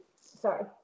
sorry